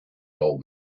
old